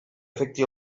afecti